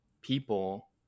people